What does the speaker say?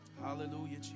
Hallelujah